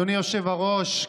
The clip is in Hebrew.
אדוני היושב-ראש,